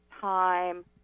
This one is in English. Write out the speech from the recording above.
time